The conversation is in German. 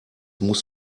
muss